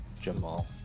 Jamal